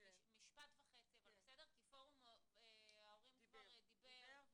אבל משפט וחצי כי פורום ההורים כבר דיבר,